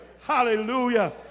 Hallelujah